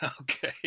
Okay